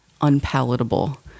unpalatable